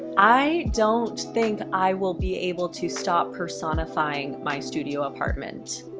i don't think i will be able to stop personifying my studio apartment.